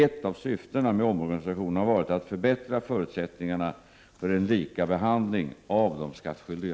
Ett av syftena med omorganisationen har varit att förbättra förutsättningarna för en likabehandling av de skattskyldiga.